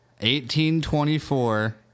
1824